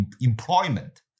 employment